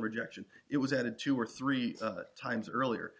rejection it was added two or three times earlier